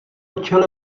čele